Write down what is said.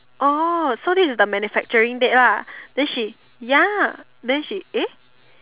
orh so this is a manufacturing date lah then she ya then she eh